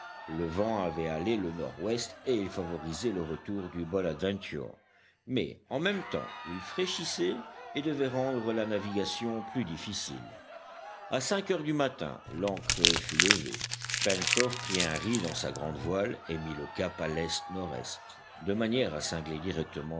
le vent avait halé le nord ouest et il favorisait le retour du bonadventure mais en même temps il fraîchissait et devait rendre la navigation plus difficile à cinq heures du matin l'ancre fut levée pencroff prit un ris dans sa grande voile et mit le cap à lest nord est de manière à cingler